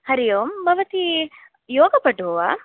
हरि ओम् भवती योगपटुः वा